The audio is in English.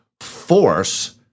force